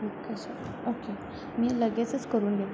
okay sir okay मी लगेचच करून घे